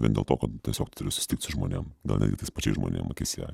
vien dėl to kad tiesiog turiu susitikt su žmonėm dar ir su tais pačiais žmonėm akis į akį